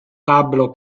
pablo